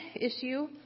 issue